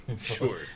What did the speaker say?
sure